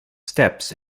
steps